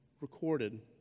recorded